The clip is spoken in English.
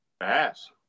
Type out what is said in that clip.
ass